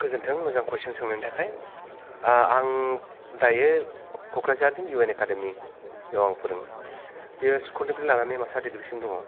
गोजोनथों मोजां खुइसन सोंनायनि थाखाय ओ आं दायो क'क्राझारनि इउ एन एकादेमी आव आं फोरोङो बेयो स्कुलनिफ्राय लानानै मास्टार दिग्रिसिम दङ